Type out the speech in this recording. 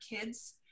kids